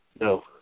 No